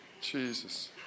Jesus